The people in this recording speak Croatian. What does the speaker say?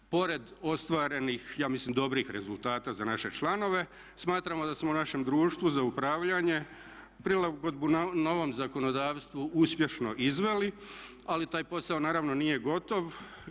Pored ostvarenih ja mislim dobrih rezultata za naše članove smatramo da smo u našem društvu za upravljanje prilagodbu novom zakonodavstvu uspješno izveli ali taj posao naravno nije gotov.